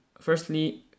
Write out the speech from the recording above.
Firstly